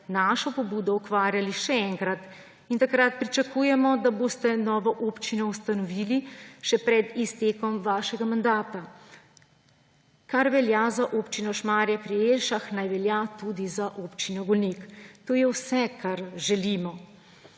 našo pobudo ukvarjali še enkrat in takrat pričakujemo, da boste novo občino ustanovili še pred iztekom vašega mandata. Kar velja za Občino Šmarje pri Jelšah, naj velja tudi za Občino Golnik. To je vse, kar želimo.«